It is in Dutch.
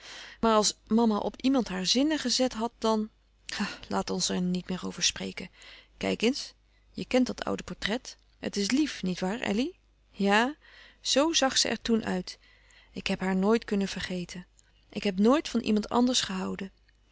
maar als mama op iemand haar zinnen gezet had dan laat ons er niet meer over spreken kijk eens je kent dat oude portret het is lief niet waar elly ja zo zag ze er louis couperus van oude menschen de dingen die voorbij gaan toen uit ik heb haar nooit kunnen vergeten ik heb nooit van iemand anders gehouden